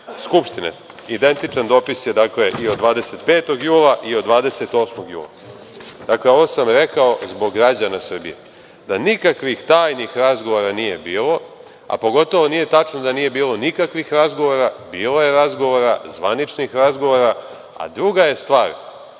skupštine. Identičan dopis je, dakle, i od 25. jula i od 28. jula. Ovo sam rekao zbog građana Srbije, da nikakvih tajnih razgovora nije bilo, a pogotovo nije tačno da nije bilo nikakvih razgovora, bilo je razgovora, zvaničnih razgovora, a druga je stvar